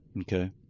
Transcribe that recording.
Okay